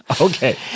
Okay